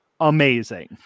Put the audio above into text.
amazing